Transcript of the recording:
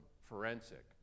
forensic